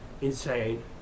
insane